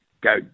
go